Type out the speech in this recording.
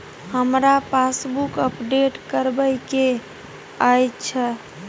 हमरा passbook update करैबे के अएछ?